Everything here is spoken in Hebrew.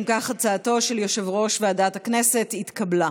אם כך, הצעתו של יושב-ראש ועדת הכנסת התקבלה.